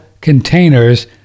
containers